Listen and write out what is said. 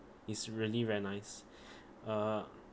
is really very nice uh